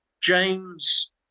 James